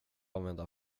använda